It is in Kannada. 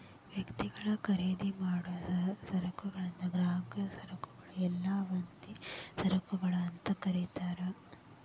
ವ್ಯಕ್ತಿಗಳು ಖರೇದಿಮಾಡೊ ಸರಕುಗಳನ್ನ ಗ್ರಾಹಕ ಸರಕುಗಳು ಇಲ್ಲಾ ಅಂತಿಮ ಸರಕುಗಳು ಅಂತ ಕರಿತಾರ